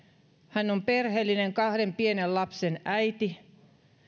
hän on perheellinen kahden pienen lapsen äiti